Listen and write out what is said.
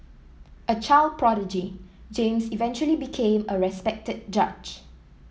a child prodigy James eventually became a respected judge